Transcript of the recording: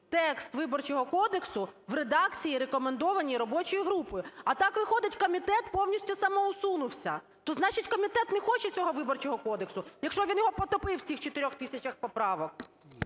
текст Виборчого кодексу в редакції, рекомендованій робочої групи. А так виходить комітет повністю самоусунувся. То значить комітет не хоче цього Виборчого кодексу, якщо він його потопив в цих 4 тисячах поправок.